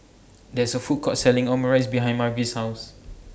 There IS A Food Court Selling Omurice behind Margy's House